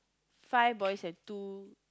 five boys and two